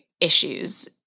issues –